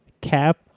cap